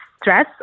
stress